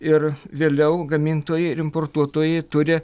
ir vėliau gamintojai ir importuotojai turi